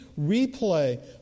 replay